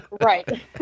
Right